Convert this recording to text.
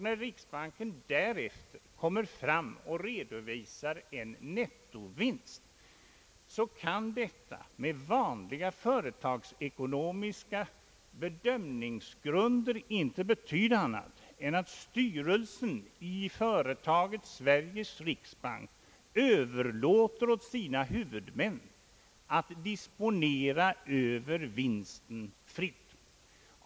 När riksbanken efter dessa avskrivningar redovisar en nettovinst kan detta med vanliga företagsekonomiska bedömningsgrunder inte betyda annat än att styrelsen i företaget Sveriges riksbank överlåter åt sina huvudmän att fritt disponera över vinsten.